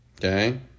Okay